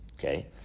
Okay